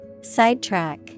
Sidetrack